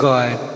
God